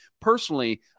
personally